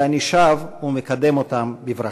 ואני שב ומקדם אותם בברכה.